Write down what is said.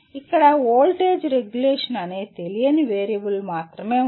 ఇక్కడ voltage regulation అనే తెలియని వేరియబుల్ మాత్రమే ఉంది